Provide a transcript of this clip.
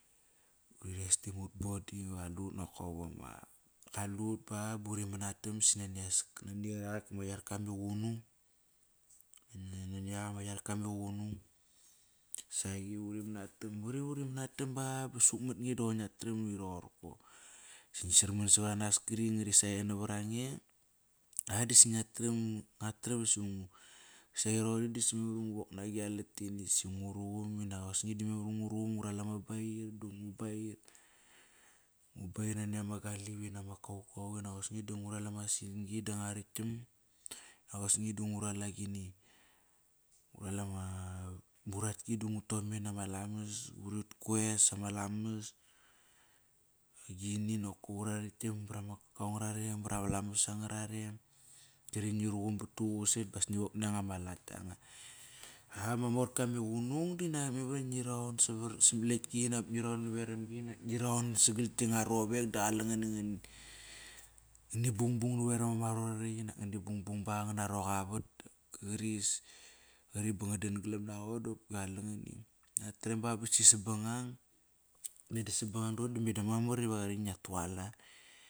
Uri restim ut body, qalut nakop ama kalut ba, ba uri manatam Ma iarka me qunung, nani ak ama iarka ma qunung, saqi uri manatam. Qari uri manatam ba, ba suk mat nge da qoir ngia tram i roqorko. Ngi sarman savaranas kri ngari saqe navarange a da sa ngia tram saqi roqori dasi memar ingu wok nagi alatini si nguruqum, inak osni dime va nguruqum, ngu ral ama bair du ngu bair. Ngu bair nani ama galip inak ama kaukau inak osni da ngu ral ama sin-gi ba ngua raktom. Osni da ngu ral agini. Ngu ral anga uratki da ngu ton me lamas, urit koes ama lamas ura raktam brama kakao nga rarem, bama lamas angrarem. Kri ngi ruqum pat duququs et bas ngi wok nanga ma lat kia nga. Ama morka me qunung dinak memar iva ngi raon samat lekti inak ngi raon navaramgi, inak ngi raun sagal gianga rovek da qaleng ngan ngani bungbung navaram ama arot rorort. Inal ngani bungbung bak angana roqa avat. Qari ba nga dan galam na qo dop qale ngani. Ngia tram bat sasi sa bangbang meda sabangang doqori ngia tualat.